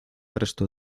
resto